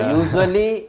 usually